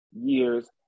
years